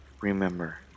remember